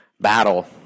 battle